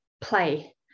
play